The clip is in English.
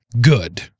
Good